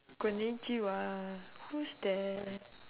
konichiwa who's there